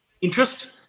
interest